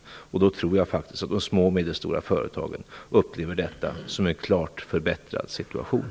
Jag tror faktiskt att de små och medelstora företagen då upplever detta som en klart förbättrad situation.